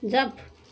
jump